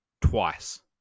twice